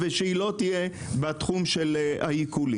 ושהיא לא תהיה בתחום של העיקולים.